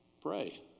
Pray